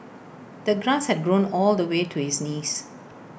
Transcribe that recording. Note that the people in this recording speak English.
the grass had grown all the way to his knees